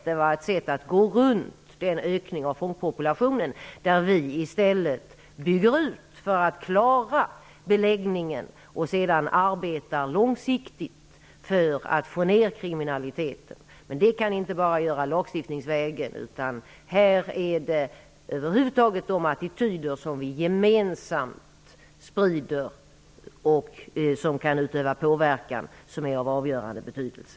Det var ett sätt att gå runt ökningen av fångpopulationen. Vi bygger i stället ut för att klara beläggningen, och vi arbetar sedan långsiktigt för att få ned kriminaliteten. Det kan vi inte bara göra lagstiftningsvägen. Det är de attityder som vi gemensamt sprider och som kan utöva påverkan som är av avgörande betydelse.